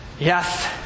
Yes